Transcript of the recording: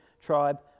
tribe